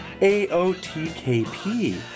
AOTKP